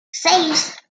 seis